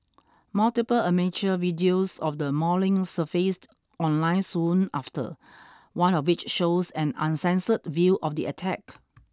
multiple amateur videos of the mauling surfaced online soon after one of which shows an uncensored view of the attack